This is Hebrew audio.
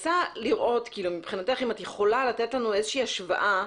אם את יכולה לתת לנו איזוהי השוואה